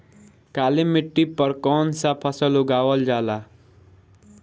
काली मिट्टी पर कौन सा फ़सल उगावल जाला?